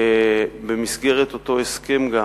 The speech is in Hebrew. במסגרת אותו הסכם גם